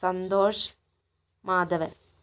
Santhosh Madhavan